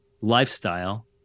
lifestyle